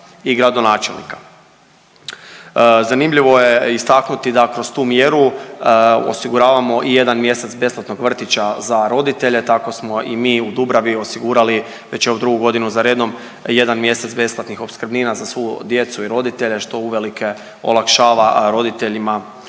i gradonačelnika. Zanimljivo je istaknuti da kroz tu mjeru osiguravamo i jedan mjesec besplatnog vrtića za roditelje tako smo i mi u Dubravi osigurali već evo drugu godinu za redu jedan mjesec besplatnih opskrbnina za svu djecu i roditelje što uvelike olakšava roditeljima